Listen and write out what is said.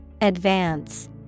Advance